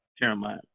Jeremiah